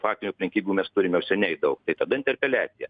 faktinių aplinkybių mes turim jau seniai daug tai tada interpeliacija